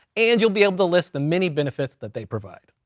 and you'll be able to list the many benefits that they provide.